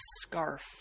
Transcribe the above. scarf